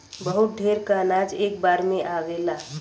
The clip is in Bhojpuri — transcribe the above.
बहुत ढेर क अनाज एक बार में आवेला